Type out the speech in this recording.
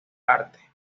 arte